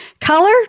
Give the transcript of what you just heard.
Color